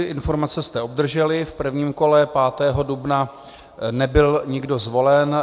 Informace jste obdrželi, v prvním kole 5. dubna nebyl nikdo zvolen.